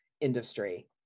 industry